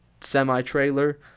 semi-trailer